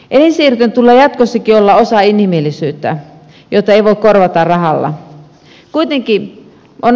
elinsiirtojen tulee jatkossakin olla osa inhimillisyyttä jota ei voi korvata rahalla